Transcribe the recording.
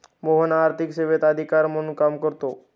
मोहन आर्थिक सेवेत अधिकारी म्हणून काम करतो